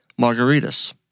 Margaritas